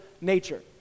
nature